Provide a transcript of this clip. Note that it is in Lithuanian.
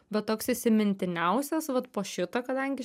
bet toks įsimintiniausias vat po šito kadangi